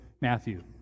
Matthew